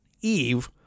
Eve